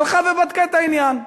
הלכה ובדקה את העניין,